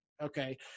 Okay